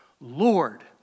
Lord